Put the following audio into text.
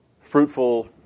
fruitful